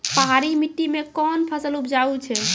पहाड़ी मिट्टी मैं कौन फसल उपजाऊ छ?